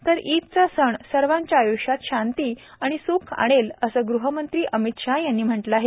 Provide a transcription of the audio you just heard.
तर ईदचा सण सर्वांच्या आय्ष्यात शांती आणि स्ख आणेल असं गृहमंत्री अमित शहा यांनी म्हटलं आहे